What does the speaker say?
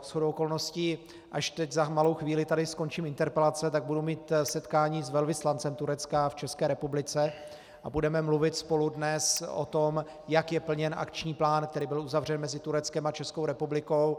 Shodou okolností až teď za malou chvíli tady skončím interpelace, budu mít setkání s velvyslancem Turecka v České republice a budeme mluvit spolu dnes o tom, jak je plněn akční plán, který byl uzavřen mezi Tureckem a Českou republikou.